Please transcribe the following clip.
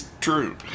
true